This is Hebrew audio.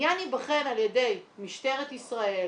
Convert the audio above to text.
העניין יבחן על ידי משטרת ישראל,